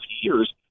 years